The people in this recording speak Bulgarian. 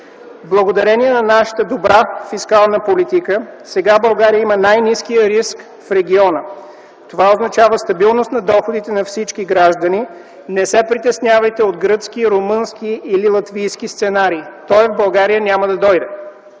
Благодарение на нашата добра фискална политика, сега България има най-ниският риск в региона. Това означава стабилност на доходите на всички граждани. Не се притеснявайте от гръцки, румънски или латвийски сценарий. Той в България няма да дойде.